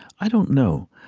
i don't know.